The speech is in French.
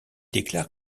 déclare